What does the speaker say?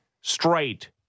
straight